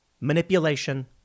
manipulation